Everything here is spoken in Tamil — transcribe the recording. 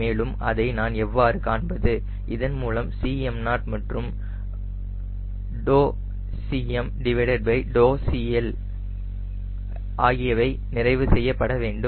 மேலும் அதை நான் எவ்வாறு காண்பது இதன் மூலம் Cm0 மற்றும் CmCLஆகியவை நிறைவு செய்யப்பட வேண்டும்